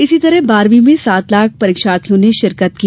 इसी तरह बारहवीं में सात लाख परीक्षार्थियों ने शिरकत की